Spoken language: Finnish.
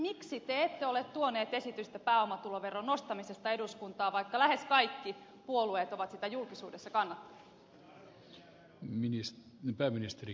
miksi te ette ole tuonut esitystä pääomatuloveron nostamisesta eduskuntaan vaikka lähes kaikki puolueet ovat sitä julkisuudessa kannattaneet